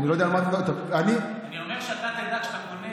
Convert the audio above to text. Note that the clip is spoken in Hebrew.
אני אומר שאתה תדע, כשאתה קונה